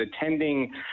attending